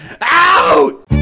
out